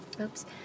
oops